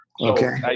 Okay